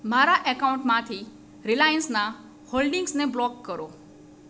મારા એકાઉન્ટમાંથી રિલાયન્સના હોલ્ડિંગ્સને બ્લોક કરો